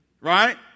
right